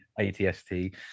ATST